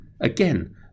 again